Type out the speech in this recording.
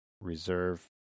reserve